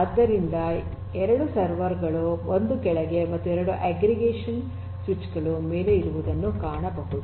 ಆದ್ದರಿಂದ 2 ಸರ್ವರ್ ಗಳು 1 ಕೆಳಗೆ ಮತ್ತು 2 ಅಗ್ರಿಗೇಷನ್ ಸ್ವಿಚ್ ಗಳು ಮೇಲೆ ಇರುವುದನ್ನು ಕಾಣಬಹುದು